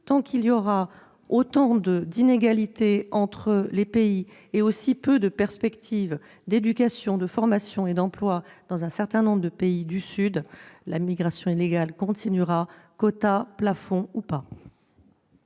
tant qu'il y aura autant d'inégalités entre les pays et aussi peu de perspectives d'éducation, de formation et d'emploi dans un certain nombre de pays du Sud, l'immigration illégale se poursuivra. La parole est